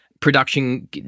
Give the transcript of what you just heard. production